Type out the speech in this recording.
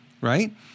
right